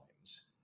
times